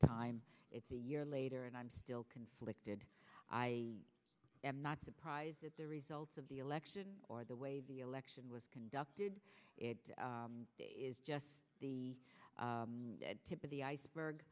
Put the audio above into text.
time it's the year later and i'm still conflicted i am not surprised at the results of the election or the way the election was conducted it is just the tip of the iceberg